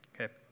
Okay